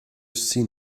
seen